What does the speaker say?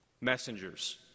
messengers